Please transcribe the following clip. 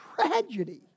tragedy